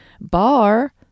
bar